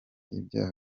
ibyaha